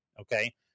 Okay